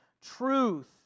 truth